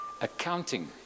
Accounting